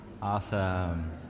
Awesome